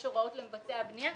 יש הוראות למבצע הבנייה,